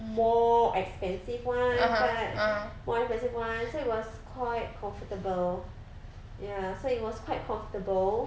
more expensive [one] type more expensive ones so it was quite comfortable ya so it was quite comfortable